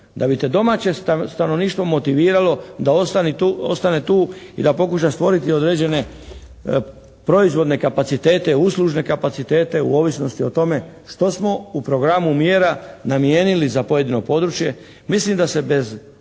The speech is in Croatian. Da bite domaće stanovništvo motiviralo da ostane tu i da pokuša stvoriti određene proizvodne kapacitete, uslužne kapacitete u ovisnosti o tome što smo u programu mjera namijenili za pojedino područje. Mislim da se bez